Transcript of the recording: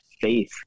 faith